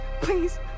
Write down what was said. Please